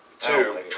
Two